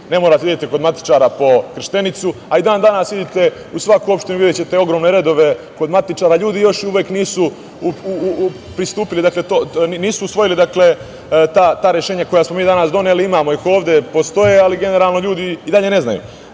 ne morate da idete kod matičara po krštenicu, a i dan danas, idite u svaku opštinu i videćete ogromne redove kod matičara, ljudi još nisu usvojili ta rešenja koja smo mi danas doneli. Imamo ih ovde, postoje, ali generalno ljudi i dalje ne znaju. Evo,